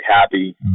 happy